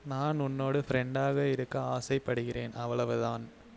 நான் உன்னோட ஃப்ரெண்டாக இருக்க ஆசைப்படுகிறேன் அவ்வளவு தான்